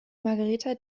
margarita